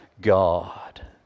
God